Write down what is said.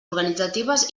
organitzatives